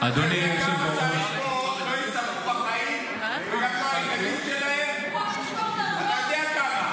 --- כמו הילדים שלהם --- אתה יודע כמה?